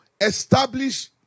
establish